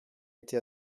été